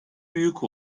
büyük